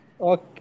Okay